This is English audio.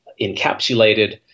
encapsulated